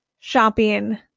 shopping